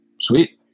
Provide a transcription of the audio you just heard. Sweet